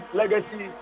legacy